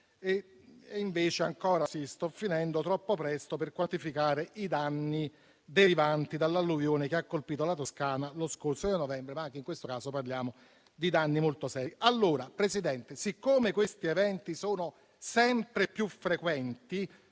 Invece è ancora troppo presto per quantificare i danni derivanti dall'alluvione che ha colpito la Toscana lo scorso novembre, ma anche in questo caso parliamo di danni molto seri. Signora Presidente, siccome questi eventi sono sempre più frequenti,